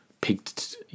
picked